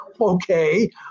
Okay